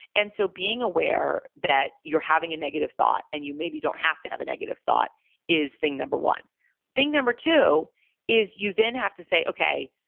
and so, being aware that you're having a negative thought and you maybe don't have to have a negative thought is thing number one thing number two is you then have to say, okay,